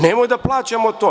Nemoj da plaćamo to.